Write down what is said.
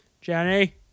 Jenny